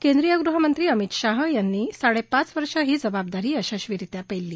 केंद्रीय गृहमंत्री अमित शाह यांनी साडेपाच वर्ष ही जबाबदारी यशस्वीरित्या पेलली